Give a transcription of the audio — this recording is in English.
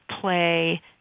play